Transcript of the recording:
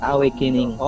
Awakening